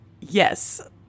yes